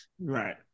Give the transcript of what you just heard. Right